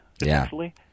essentially